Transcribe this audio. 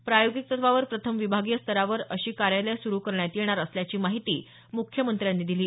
प्रायोगिक तत्त्वावर प्रथम विभागीय स्तरावर अशी कार्यालयं सुरू करण्यात येणार असल्याची माहिती मुख्यमंत्र्यांनी दिली